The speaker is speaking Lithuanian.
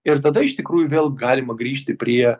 ir tada iš tikrųjų vėl galima grįžti prie